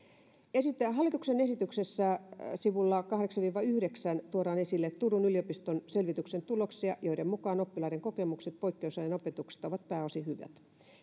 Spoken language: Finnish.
hallituksen esityksessä sivuilla kahdeksaan viiva yhdeksään tuodaan esille turun yliopiston selvityksen tuloksia joiden mukaan oppilaiden kokemukset poikkeusajan opetuksesta ovat pääosin hyvät